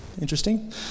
Interesting